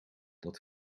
dat